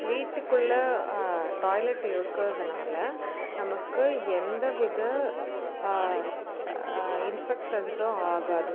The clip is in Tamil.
வீட்டுக்குள்ளே டாய்லெட் இருக்கிறதுனால நமக்கு எந்த வித இன்ஃபெக்ஷன்ஸும் ஆகாது